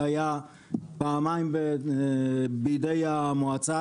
שהיה פעמיים בידי המועצה,